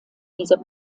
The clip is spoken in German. dieser